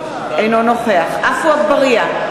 אינו נוכח עפו אגבאריה,